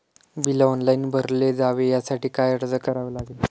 Bill online भरले जावे यासाठी काय अर्ज करावा लागेल?